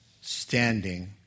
standing